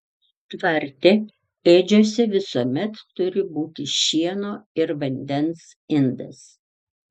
tvarte ėdžiose visuomet turi būti šieno ir vandens indas